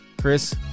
Chris